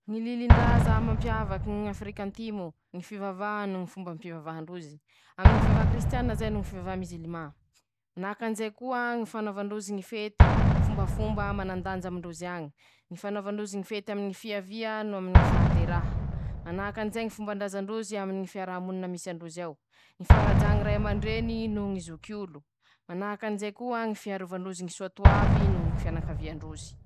Ñy lilindraza mampiavaky ñ'afrika antimo: ñy fivavaha nohonñy fombampivavaha ndrozy, aminy ñy fivavaha krisitianina zay no fivavaha mizilimà, manakanjay koa ñy fanaoava ndrozy ñy fety, fombafomba manandanja amindrozy añy, ñy fanaovandrozy ñy fety aminy ñy fiavia noho aminy ñy fahateraha, manakanjay ñy fombandraza ndrozy aminy ñy fiarahamonina misy androzy ao, ñy fañajà ñy ray amandreny noho ñy zokiolo, manahakan'izay koa ñy fiarovandrozy ñy soatoavy noho ñy fianakavia ndrozy.